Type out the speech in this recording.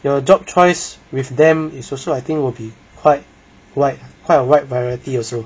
your job choice with them is also I think will be quite like quite a wide variety also